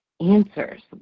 answers